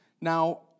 Now